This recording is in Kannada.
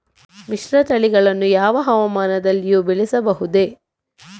ಮಿಶ್ರತಳಿಗಳನ್ನು ಯಾವ ಹವಾಮಾನದಲ್ಲಿಯೂ ಬೆಳೆಸಬಹುದೇ?